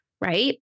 right